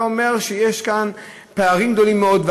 זה אומר שיש כאן פערים גדולים מאוד,